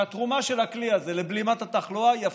שהתרומה של הכלי הזה לבלימת התחלואה היא אפסית,